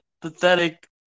pathetic